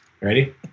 Ready